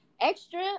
Extra